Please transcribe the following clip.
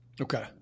Okay